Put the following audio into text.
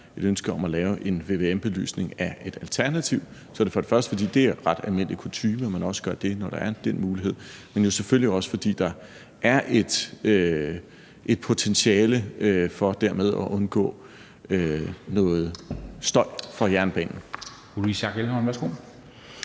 et ønske om at lave en vvm-belysning af et alternativ, er det for det første, fordi det er ret almindeligt og kutyme, at man gør det, når der er den mulighed, men jo selvfølgelig også – for det andet – fordi der er et potentiale for dermed at undgå noget støj fra jernbanen.